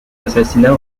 assassinats